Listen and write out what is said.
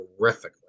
terrifically